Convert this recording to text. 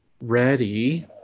ready